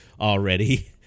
already